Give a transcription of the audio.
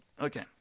Okay